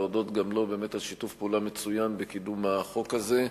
ולהודות גם לו על שיתוף פעולה מצוין בקידום החוק הזה,